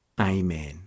Amen